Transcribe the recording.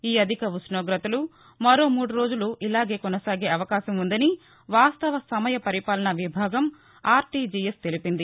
ఈ అధిక ఉష్ణోగతలు మరో మూడు రోజులు ఇలాగే కొససాగే అవకాశం ఉందని వాస్తవ సమయ పరిపాలన విభాగం ఆర్లీజీఎస్ తెలిపింది